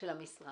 כלומר